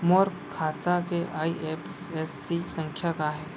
मोर खाता के आई.एफ.एस.सी संख्या का हे?